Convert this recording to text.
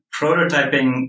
prototyping